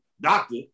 doctor